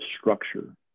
structure